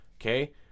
Okay